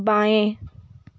बाएं